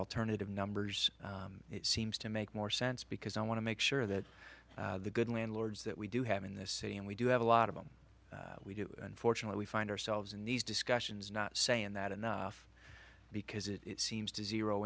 alternative numbers it seems to make more sense because i want to make sure that the good landlords that we do have in this city and we do have a lot of them we do unfortunately we find ourselves in these discussions not saying that enough because it seems to zero